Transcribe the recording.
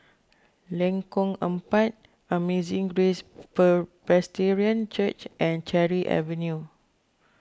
Lengkong Empat Amazing Grace Per Presbyterian Church and Cherry Avenue